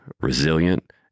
resilient